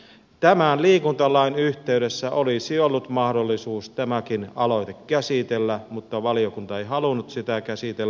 tämän liikuntalain yhteydessä olisi ollut mahdollisuus tämäkin aloite käsitellä mutta valiokunta ei halunnut sitä käsitellä